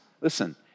listen